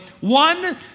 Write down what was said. one